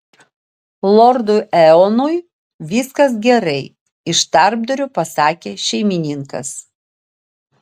lordui eonui viskas gerai iš tarpdurio pasakė šeimininkas